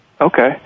Okay